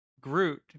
Groot